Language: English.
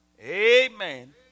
Amen